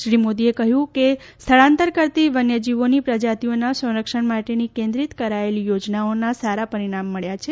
શ્રી મોદીએ કહ્યું કે સ્થળાંતર કરતી વન્યજીવોની પ્રજાતિઓના સંરક્ષણ માટેની કેન્દ્રિત કરાચેલી યોજનાઓના સારા પરિણામ મળ્યા છે